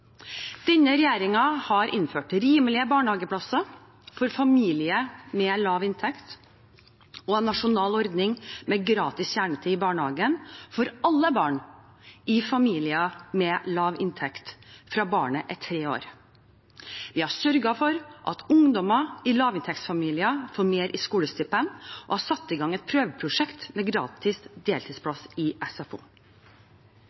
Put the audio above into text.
Denne regjeringen har innført rimelige barnehageplasser for familier med lav inntekt og en nasjonal ordning med gratis kjernetid i barnehagen for alle barn i familier med lav inntekt, fra barnet er tre år. Vi har sørget for at ungdommer i lavinntektsfamilier får mer i skolestipend og har satt i gang et prøveprosjekt med gratis